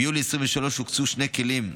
ביולי 2023 הוקצו שני כלים: